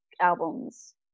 albums